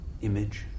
image